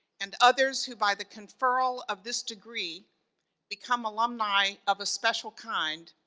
and others who by the conferral of this degree become alumni, of a special kind,